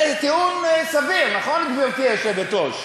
זה טיעון סביר, נכון, גברתי היושבת-ראש?